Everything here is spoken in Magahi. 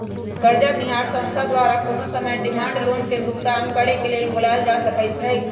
करजा देनिहार संस्था द्वारा कोनो समय डिमांड लोन के भुगतान करेक लेल बोलायल जा सकइ छइ